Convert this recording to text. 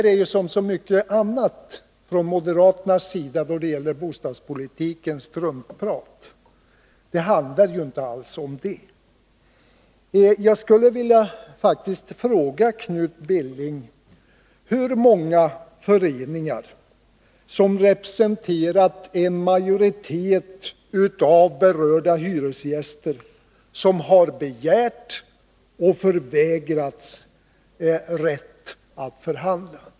Det är ju som så mycket annat från moderaternas sida då det gäller bostadspolitiken struntprat. Jag skulle vilja fråga Knut Billing: Hur många föreningar, som representerar en majoritet av berörda hyresgäster, har begärt och förvägrats rätt att förhandla?